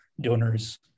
donors